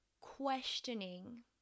questioning